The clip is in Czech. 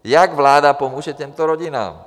Jak vláda pomůže těmto rodinám?